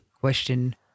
question